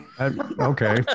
Okay